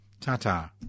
Ta-ta